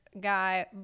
guy